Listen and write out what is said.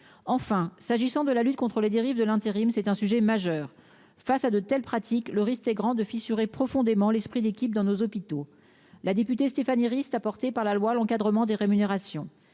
enfin, s'agissant de la lutte contre les dérives de l'intérim, c'est un sujet majeur face à de telles pratiques, le risque est grand de fissurer profondément l'esprit d'équipe dans nos hôpitaux, la députée Stéphanie Rist apportées par la loi, l'encadrement des rémunérations,